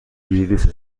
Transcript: ویروس